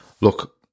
look